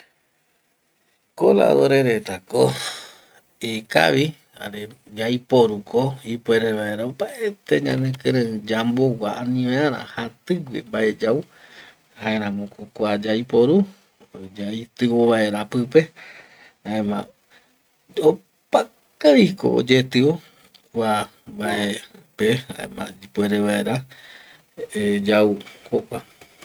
Koladore retako ikavi jare yaiporuko ipuere vaera opaete ñanekirei yambogua ani vaera jatigue mbae yau jaeramoko kua yaiporu yaitio vaera pipe, jaema opakaviko oyetio kua mbaepe jaema ipuere vaera yau jokua